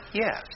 Yes